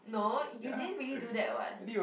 no you didn't really do that [what]